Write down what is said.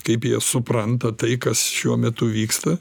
kaip jie supranta tai kas šiuo metu vyksta